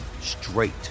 straight